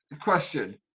question